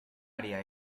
área